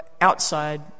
outside